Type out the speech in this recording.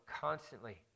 constantly